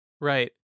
Right